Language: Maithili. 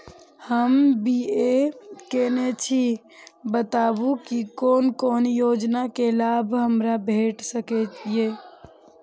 हम बी.ए केनै छी बताबु की कोन कोन योजना के लाभ हमरा भेट सकै ये?